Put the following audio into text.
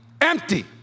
empty